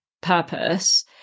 purpose